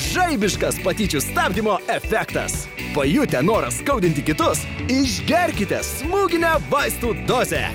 žaibiškas patyčių stabdymo efektas pajutę norą skaudinti kitus išgerkite smūginę vaistų dozę